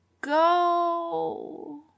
go